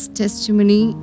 testimony